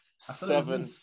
Seven